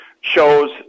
shows